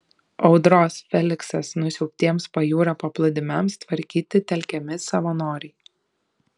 audros feliksas nusiaubtiems pajūrio paplūdimiams tvarkyti telkiami savanoriai